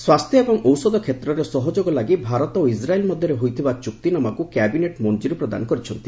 ସ୍ୱାସ୍ଥ୍ୟ ଏବଂ ଔଷଧ କ୍ଷେତ୍ରରେ ସହଯୋଗ ଲାଗି ଭାରତ ଓ ଇଜ୍ରାଇଲ୍ ମଧ୍ୟରେ ହୋଇଥିବା ଚୁକ୍ତିନାମାକୁ କ୍ୟାବିନେଟ୍ ମଞ୍ଜୁରୀ ପ୍ରଦାନ କରିଛନ୍ତି